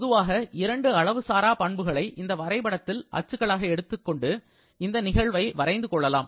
பொதுவாக இரண்டு அளவு சாரா பண்புகளை இந்த வரைபடத்தில் அச்சுகளாக எடுத்துக்கொண்டு இந்த நிகழ்வை வரைந்து கொள்ளலாம்